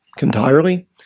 entirely